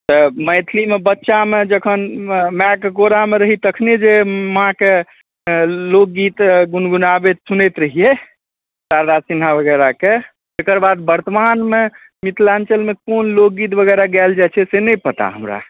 तऽ मैथिलीमे बच्चामे जखन माइके कोरामे रही तखने जे माँके लोकगीत गुनगुनाबैत सुनैत रहिए शारदा सिन्हा वगैरहके तकर बाद वर्तमानमे मिथिलाञ्चलमे कोन लोकगीत वगैरह गाएल जाइ छै से नहि पता हमरा